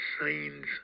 signs